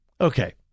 Okay